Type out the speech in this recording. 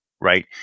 right